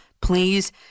please